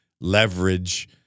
leverage